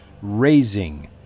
raising